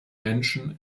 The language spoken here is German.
menschen